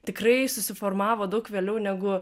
tikrai susiformavo daug vėliau negu